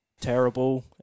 terrible